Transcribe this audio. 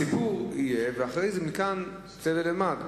הסיפור יהיה ומכאן צא ולמד.